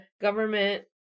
government